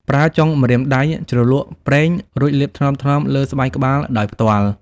ប្រើចុងម្រាមដៃជ្រលក់ប្រេង រួចលាបថ្នមៗលើស្បែកក្បាលដោយផ្ទាល់។